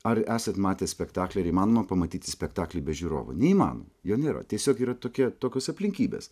ar esat matę spektaklį ar įmanoma pamatyti spektaklį be žiūrovų neįmanoma jo nėra tiesiog yra tokia tokios aplinkybės